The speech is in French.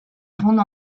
grande